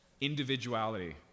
individuality